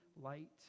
light